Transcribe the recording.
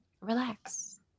relax